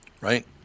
right